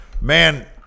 Man